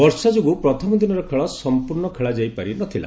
ବର୍ଷା ଯୋଗୁଁ ପ୍ରଥମ ଦିନର ଖେଳ ସମ୍ପର୍ଷ୍ଣ ଖେଳାଯାଇ ପାରି ନ ଥିଲା